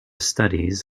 studies